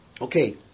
Okay